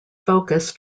focus